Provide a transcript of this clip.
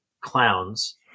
clowns